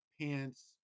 pants